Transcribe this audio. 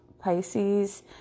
Pisces